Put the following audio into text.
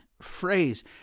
phrase